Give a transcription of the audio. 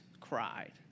cried